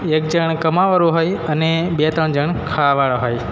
એક જણ કમાવાવાળું હોય અને બે ત્રણ જણ ખાવાવાળા હોય